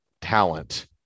talent